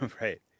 Right